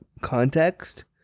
context